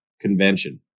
convention